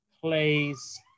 plays